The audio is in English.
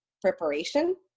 preparation